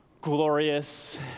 glorious